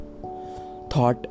Thought